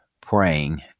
praying